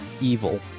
evil